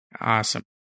Awesome